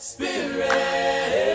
Spirit